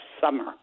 summer